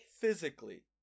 physically